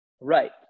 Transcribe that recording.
Right